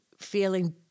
feeling